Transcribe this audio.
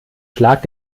schlag